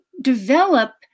develop